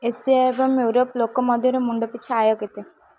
Asia ଏବଂ Europe ଲୋକଙ୍କ ମଧ୍ୟରେ ମୁଣ୍ଡପିଛା ଆୟ କେତେ